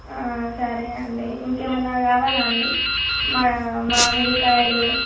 సరే అండి ఇంకా ఏమన్న కావాలా అండి మా మామిడికాయలు